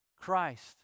Christ